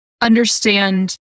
understand